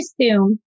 assume